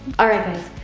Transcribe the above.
all right guys,